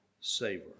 savor